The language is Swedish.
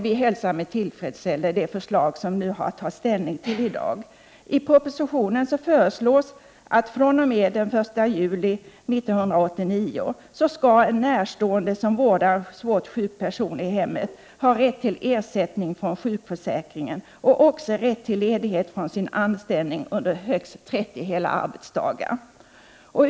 Vi hälsar det förslag vi har att ta ställning till i dag med tillfredsställelse. I propositionen föreslås att fr.o.m. den 1 juli 1989 skall en närstående som vårdar en svårt sjuk person i hemmet ha rätt till ersättning från sjukförsäkringen och också rätt till ledighet från sin anställning under högst 30 hela arbetsdagar.